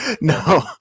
no